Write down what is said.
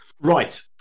Right